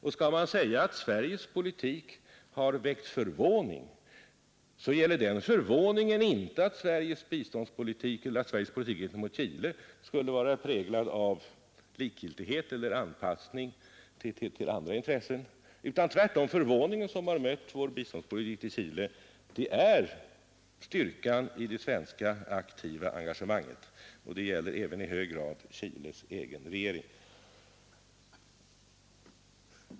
Om Sveriges politik kan sägas ha väckt förvåning, gäller den förvåningen inte att Sveriges politik gentemot Chile skulle vara präglad av likgiltighet eller anpassning till andra intressen, utan det som kan ha väckt förvåning i vår biståndspolitik gentemot Chile är styrkan i det svenska aktiva engagemanget. Detta gäller även i hög grad Chiles egen regering.